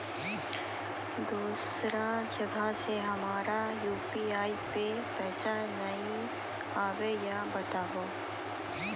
दोसर जगह से हमर यु.पी.आई पे पैसा नैय आबे या बताबू?